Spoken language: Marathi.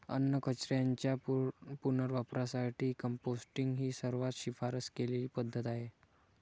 अन्नकचऱ्याच्या पुनर्वापरासाठी कंपोस्टिंग ही सर्वात शिफारस केलेली पद्धत आहे